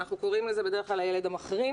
אנחנו קוראים לזה בדרך כלל הילד המחרים.